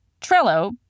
Trello